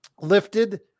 lifted